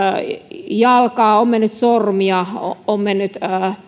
jalkaa on mennyt sormia on mennyt